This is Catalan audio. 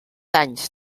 anys